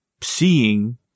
seeing